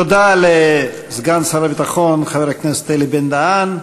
תודה לסגן שר הביטחון חבר הכנסת אלי בן-דהן.